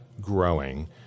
growing